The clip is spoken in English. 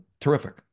terrific